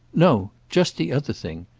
no just the other thing.